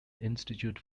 institute